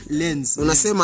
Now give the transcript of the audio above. lens